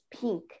pink